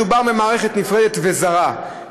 מדובר במערכת נפרדת וזרה,